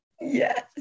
Yes